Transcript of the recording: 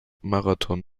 marathon